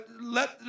let